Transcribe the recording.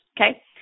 Okay